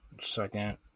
second